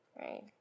right